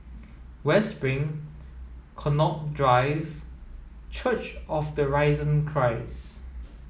West Spring Connaught Drive and Church of the Risen Christ